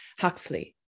Huxley